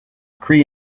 kree